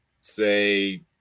say